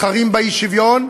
מתחרים באי-שוויון: